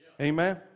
Amen